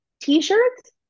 T-shirts